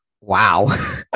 Wow